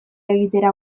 egitera